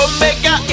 Omega